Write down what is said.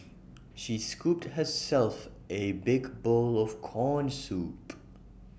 she scooped herself A big bowl of Corn Soup